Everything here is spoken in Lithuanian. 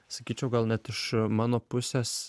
sakyčiau gal net iš mano pusės